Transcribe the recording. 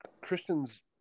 Christians